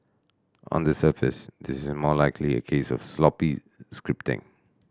on the surface this is most likely a case of sloppy scripting